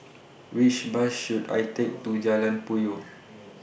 Which Bus should I Take to Jalan Puyoh